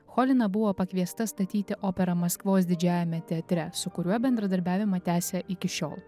cholina buvo pakviesta statyti operą maskvos didžiajame teatre su kuriuo bendradarbiavimą tęsia iki šiol